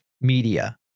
media